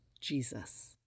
Jesus